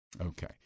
Okay